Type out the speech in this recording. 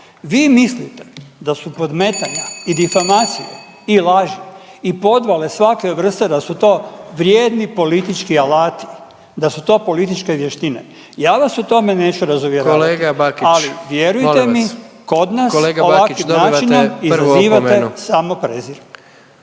vi mislite da su podmetanja i difamacije i laži i podvale svake vrste da su to vrijedni politički alati, da su to političke vještine, ja vas u tome neću razuvjeravati …/Upadica predsjednik: Kolega Bakić molim vas./… ali